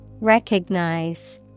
Recognize